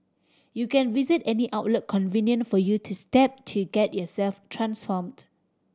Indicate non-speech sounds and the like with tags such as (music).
you can visit any outlet convenient for you (unintelligible) step to get yourself transformed